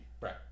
Right